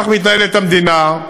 כך מתנהלת המדינה,